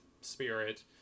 spirit